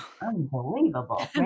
unbelievable